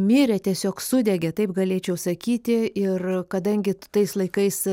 mirė tiesiog sudegė taip galėčiau sakyti ir kadangi t tais laikais